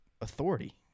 authority